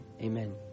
amen